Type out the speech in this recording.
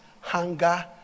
Hunger